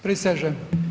Prisežem.